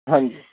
ہاں جی